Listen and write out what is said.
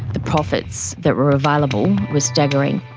the profits that were available were staggering.